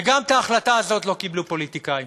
וגם את ההחלטה הזאת לא קיבלו פוליטיקאים,